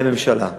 ולממשלה כולה,